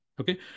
Okay